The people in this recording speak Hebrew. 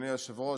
אדוני היושב-ראש,